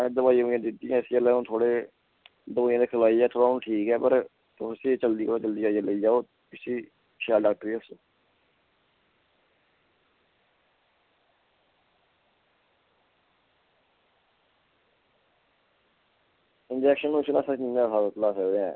असैं दवाई दित्ती ऐ इसी थोह्ड़े दवाई खलहाई ऐ थोह्ड़ी हून ठीक ऐ पर तुस इसी जल्दी कोला दा जल्दी आईयै लेई जाओ इशी शैल डाक्टरे गी दस्सो इंजैक्शन उंजक्शन साढ़ै कोला दा